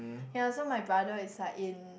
yea so my brother is like in